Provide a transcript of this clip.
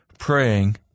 praying